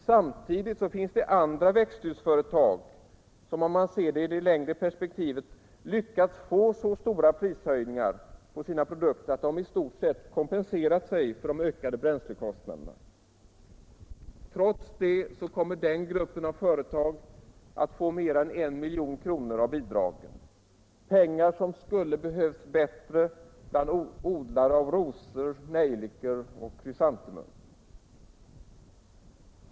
Samtidigt finns det andra växthusföretag som, sett i det längre perspektivet, lyckats få så stora prishöjningar på sina produkter att de i stort sett kompenserat sig för de ökade bränslekostnaderna. Trots det kommer den gruppen av företag att få mer än 1 milj.kr. av bidragen — pengar som skulle ha behövts bättre bland odlare av rosor, nejlikor och krysantemum.